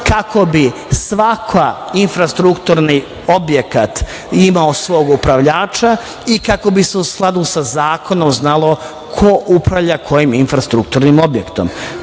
kako bi svaki infrastrukturni objekat imao svog upravljača i kako bi se, u skladu sa zakonom, znalo ko upravlja kojim infrastrukturnim objektom.